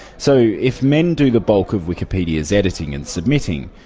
so if men do the bulk of wikipedia's editing and submitting,